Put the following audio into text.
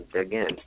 Again